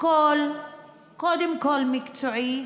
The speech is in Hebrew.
קול שהוא קודם כול מקצועי,